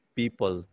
people